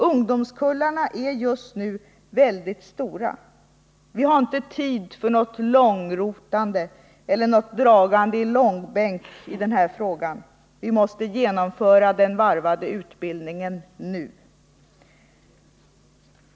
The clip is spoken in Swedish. Ungdomskullarna är just nu väldigt stora. Vi har inte tid för något långrotande eller dragande i långbänk i denna fråga. Vi måste genomföra den varvade utbildningen nu.